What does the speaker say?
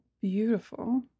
Beautiful